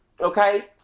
okay